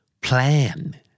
Plan